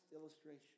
illustration